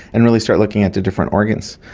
and really start looking at the different organs.